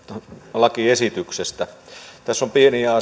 lakiesityksestä tässä on pieniä asioita